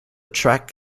track